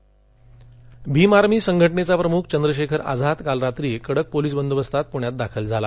Bhim army Bhim army संघटनेचा प्रमुख चंद्रशेखर आझाद काल रात्री कडक पोलीस बंदोबस्तात प्रण्यात दाखल झाला